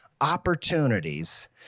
opportunities